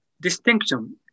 distinction